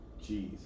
Jeez